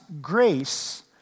grace